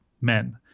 men